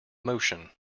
motion